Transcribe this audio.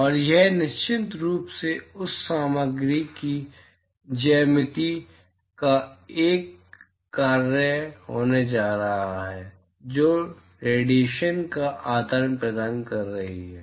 और यह निश्चित रूप से उस सामग्री की ज्यामिति का एक कार्य होने जा रहा है जो डिएशन का आदान प्रदान कर रही है